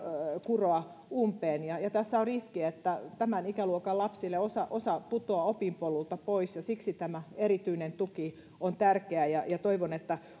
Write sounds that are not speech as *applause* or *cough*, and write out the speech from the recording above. kuroa umpeen tässä on riski että tämän ikäluokan lapsista osa putoaa opinpolulta pois ja siksi tämä erityinen tuki on tärkeää ja ja toivon että *unintelligible*